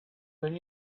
when